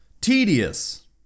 Tedious